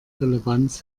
relevanz